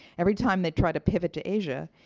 every time they try to pivot to asia,